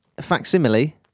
Facsimile